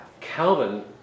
Calvin